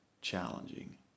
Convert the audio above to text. challenging